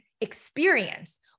experience